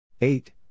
eight